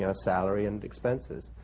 ah salary and expenses.